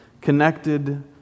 connected